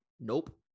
nope